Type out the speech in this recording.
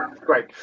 Great